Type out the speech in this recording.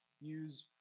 use